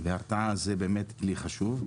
והרתעה זה באמת כלי חשוב,